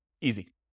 Easy